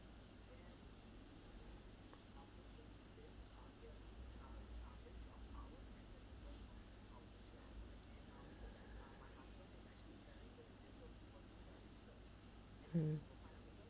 mm